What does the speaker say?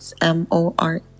M-O-R